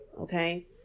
Okay